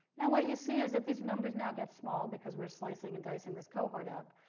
and what you see is that these numbers now get small because we're slicing and dicing this cohort up.